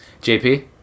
JP